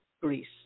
Greece